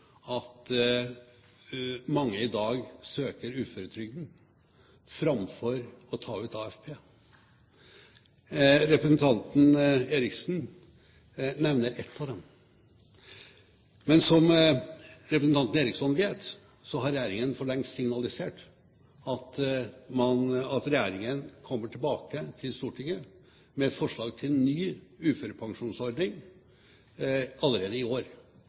at mange i dag søker uføretrygd framfor å ta ut AFP. Representanten Eriksson nevner en av dem. Men som representanten Eriksson vet, har regjeringen for lengst signalisert at regjeringen kommer tilbake til Stortinget med forslag til ny uførepensjonsordning allerede i år.